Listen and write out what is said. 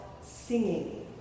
singing